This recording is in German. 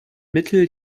mittel